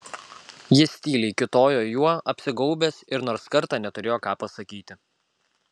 jis tyliai kiūtojo juo apsigaubęs ir nors kartą neturėjo ką pasakyti